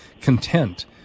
content